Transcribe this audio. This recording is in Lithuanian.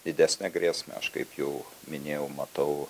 didesnę grėsmę aš kaip jau minėjau matau